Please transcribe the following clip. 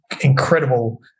incredible